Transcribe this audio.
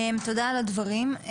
תודה על הדברים.